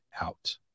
out